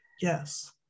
Yes